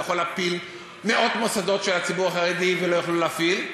והוא יכול להפיל מאות מוסדות של הציבור החרדי ולא יוכלו להפעיל,